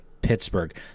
Pittsburgh